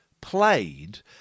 played